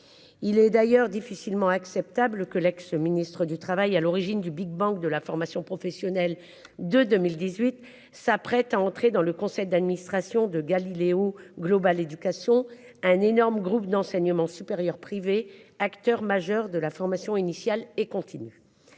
Il est d'ailleurs difficilement acceptable que l'ex-ministre du travail, à l'origine du Big bang de la formation professionnelle de 2018 s'apprête à entrer dans le conseil d'administration de Galiléo Global Éducation un énorme groupe d'enseignement supérieur privé acteur majeur de la formation initiale et continue.